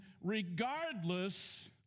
regardless